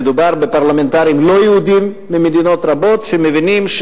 מדובר בפרלמנטרים לא יהודים ממדינות רבות שמבינים,